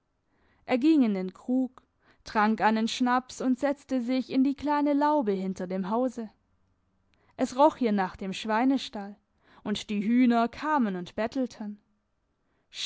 er ging in den krug trank einen schnaps und setzte sich in die kleine laube hinter dem hause es roch hier nach dem schweinestall und die hühner kamen und bettelten